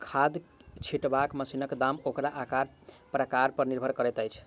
खाद छिटबाक मशीनक दाम ओकर आकार प्रकार पर निर्भर करैत अछि